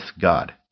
God